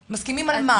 מסכימים על מה?